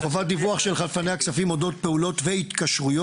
"חובת דיווח של חלפני הכספים אודות פעולות והתקשרויות".